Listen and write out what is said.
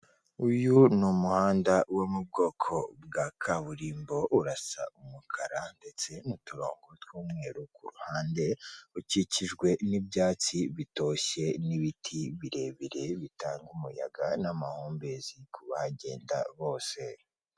Uyu ni umuhanda wo mu bwoko bwa kaburimbo, urasa umukara ndetse n'uturongo tw'umweru k'uruhande, ukikijwe n'ibyatsi bitoshye, n'ibiti birebire bitanga umuyaga n'amahumbezi ku bahagenda bose.